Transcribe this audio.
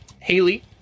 Haley